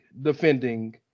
defending